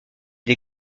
des